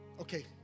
Okay